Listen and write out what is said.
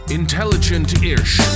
intelligent-ish